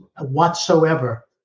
whatsoever